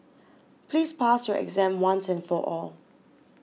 please pass your exam once and for all